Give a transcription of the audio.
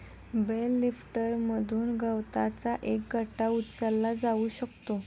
bell लिफ्टरमधून गवताचा एक गठ्ठा उचलला जाऊ शकतो